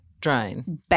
drain